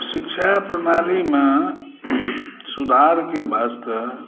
शिक्षा प्रणालीमे सुधारके वास्ते